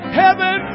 heaven